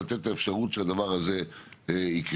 ולתת את האפשרות שהדבר הזה יקרה.